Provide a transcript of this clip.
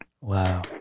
Wow